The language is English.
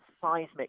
seismic